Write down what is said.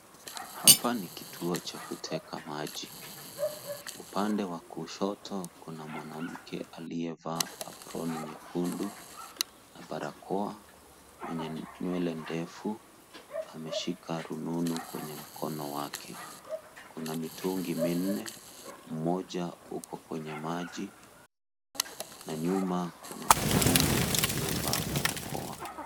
Hapa ni kituo cha kuteka maji. Upande wa kushoto kuna mwanamke aliyevaa aproni nyekundu na barakoa, mwenye nywele ndefu. Ameshika rununu kwenye mkono wake. Kuna mitungi minne. Mmoja uko kwenye maji na nyuma kuna mwanamme aliyevaa barakoa.